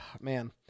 Man